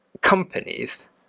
companies